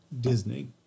Disney